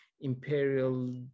imperial